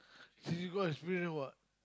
see see got experience what